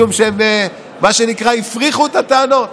משום שהם, מה שנקרא, הפריכו את הטענות.